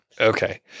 Okay